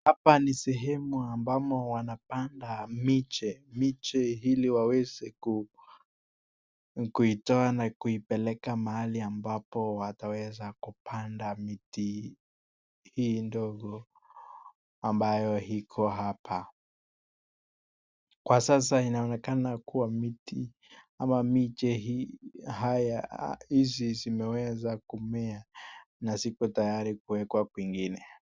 Hapa ni sehemu ambamo wanapanda miche, miche iliwaweze kuitoa na kupeleka mahali ambapo wataweza kupanda miti hii ndogo, ambayo iko hapa. Kwa sasa inaonekana kuwa miti ama miche hizi zimeweza kumea na ziko tayari kuwekwa kwingine.